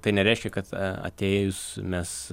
tai nereiškia kad atėjus mes